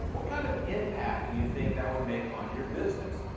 what kind of impact do you think that would make on your business?